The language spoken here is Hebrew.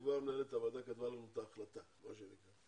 כבר מנהלת הוועדה קבעה לנו את ההחלטה, מה שנקרא.